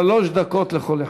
שלוש דקות לכל אחד.